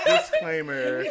Disclaimer